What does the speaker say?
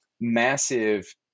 massive